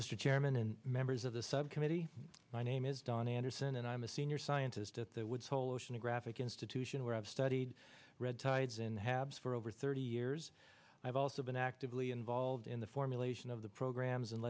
mr chairman and members of the subcommittee my name is dan anderson and i'm a senior scientist at the woods hole oceanographic institution where i've studied red tides in the habs for over thirty years i've also been actively involved in the formulation of the programs in